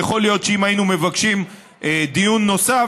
יכול להיות שאם היינו מבקשים דיון נוסף,